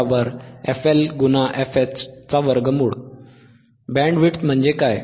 bandwidth म्हणजे काय